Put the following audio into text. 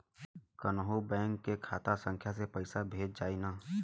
कौन्हू बैंक के खाता संख्या से पैसा भेजा जाई न?